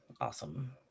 awesome